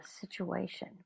situation